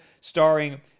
starring